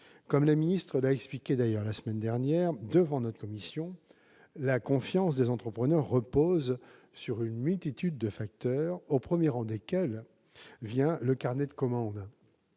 Mme la ministre l'a expliqué la semaine dernière devant notre commission, la confiance des entrepreneurs repose sur une multitude de facteurs, au premier rang desquels figure le carnet de commandes.